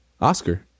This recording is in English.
Oscar